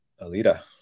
Alita